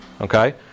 okay